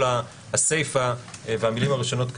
כל הסיפה והמילים הראשונות קיימות,